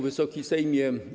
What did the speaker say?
Wysoki Sejmie!